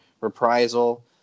Reprisal